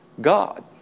God